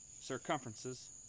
circumferences